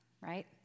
right